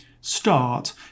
start